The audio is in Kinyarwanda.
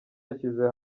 yashyize